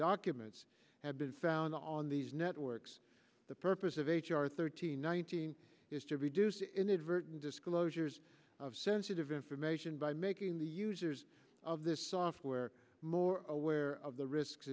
documents have been found on these networks the purpose of h r thirteen nineteen is to reduce inadvertent disclosures of sensitive information by making the users of this software more aware of the risks